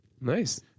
Nice